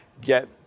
get